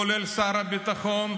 כולל שר הביטחון,